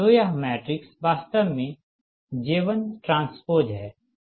तो यह मैट्रिक्स वास्तव में J1 Tट्रांसपोज़ है